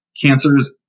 cancers